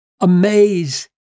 amaze